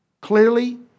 Clearly